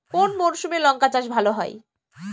কোন মরশুমে লঙ্কা চাষ ভালো হয়?